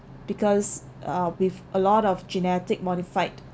because uh with a lot of genetic modified